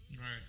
Right